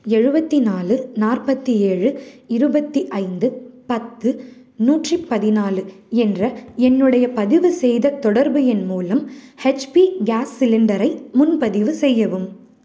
எழுபத்தி நாலு நாற்பத்தி ஏழு இருபத்தி ஐந்து பத்து நூற்றி பதினாலு என்ற என்னுடைய பதிவுசெய்த தொடர்பு எண் மூலம் ஹெச்பி கேஸ் சிலிண்டரை முன்பதிவு செய்யவும்